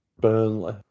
Burnley